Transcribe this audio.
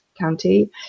county